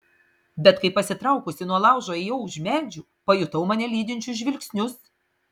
bet kai pasitraukusi nuo laužo ėjau už medžių pajutau mane lydinčius žvilgsnius